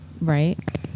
Right